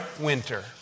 winter